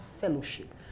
fellowship